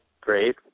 great